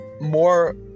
more